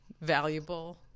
valuable